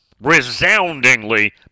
resoundingly